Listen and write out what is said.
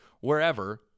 wherever